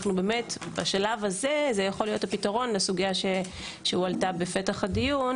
השלב הזה יכול להיות הפתרון לסוגייה שהועלתה בפתח הדיון,